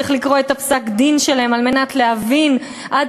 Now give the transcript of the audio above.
צריך לקרוא את פסק-הדין שלהם על מנת להבין עד